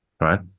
right